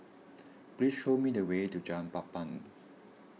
please show me the way to Jalan Papan